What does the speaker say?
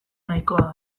nahikoa